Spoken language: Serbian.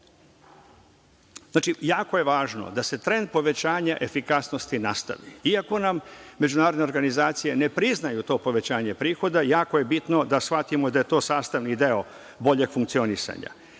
prihoda. Jako je važno da se trend povećanja efikasnosti nastavi, iako nam međunarodne organizacije ne priznaju to povećanje prihoda, jako je bitno da shvatimo da je to sastavni deo boljeg funkcionisanja.